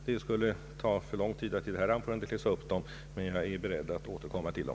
Det skulle ta för lång tid att läsa upp dem i detta anförande, men jag är beredd att återkomma till dem.